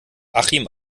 achim